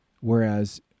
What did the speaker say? Whereas